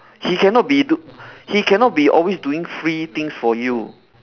he cannot be do he cannot be always doing free things for you